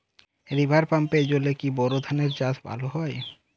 River পাম্পের জলে কি বোর ধানের চাষ ভালো হয়?